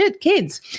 kids